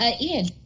Ian